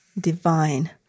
divine